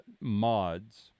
mods